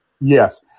Yes